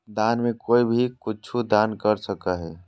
दान में कोई भी कुछु दान कर सको हइ